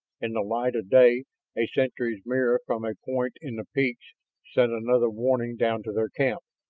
in the light of day a sentry's mirror from a point in the peaks sent another warning down to their camp.